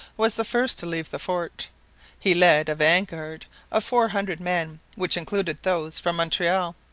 was the first to leave the fort he led a vanguard of four hundred men which included those from montreal.